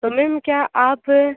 तो मैम क्या आप